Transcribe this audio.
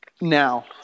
Now